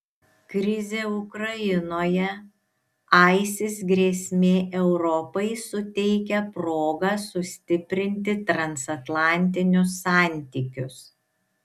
krizė ukrainoje isis grėsmė europai suteikia progą sustiprinti transatlantinius santykius